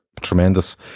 tremendous